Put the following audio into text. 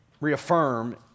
reaffirm